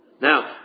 Now